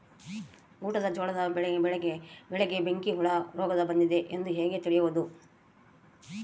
ಊಟದ ಜೋಳದ ಬೆಳೆಗೆ ಬೆಂಕಿ ಹುಳ ರೋಗ ಬಂದಿದೆ ಎಂದು ಹೇಗೆ ತಿಳಿಯುವುದು?